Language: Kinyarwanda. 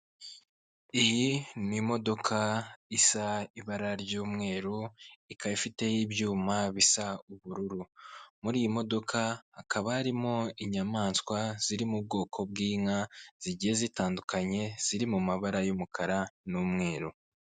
Iyi ni imodoka isa ibara ry'umweru ikaba ifiteho ibyuma bisa ubururu muri iyi modoka hakaba harimo inyamaswa ziri mu bwoko bw'inka zigiye zitandukanye ziri mu mabara y'umukara n'umweru.